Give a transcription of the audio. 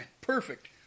perfect